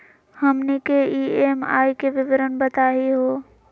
हमनी के ई.एम.आई के विवरण बताही हो?